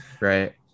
right